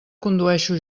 condueixo